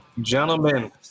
gentlemen